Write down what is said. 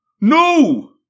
No